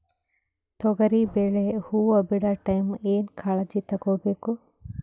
ತೊಗರಿಬೇಳೆ ಹೊವ ಬಿಡ ಟೈಮ್ ಏನ ಕಾಳಜಿ ತಗೋಬೇಕು?